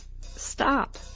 Stop